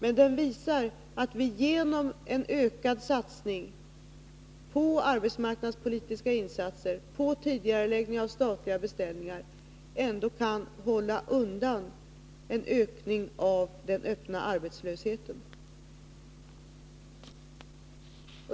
Men den visar att vi genom en ökad satsning på arbetsmarknadspolitiska insatser och tidigareläggning av statliga beställningar kan undvika en ökning av den öppna arbetslösheten.